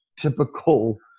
typical